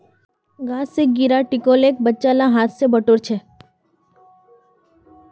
गाछ स गिरा टिकोलेक बच्चा ला हाथ स बटोर छ